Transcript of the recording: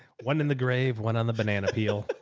one in the grave. one on the banana peel.